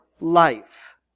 life